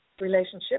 relationship